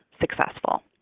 successful